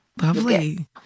Lovely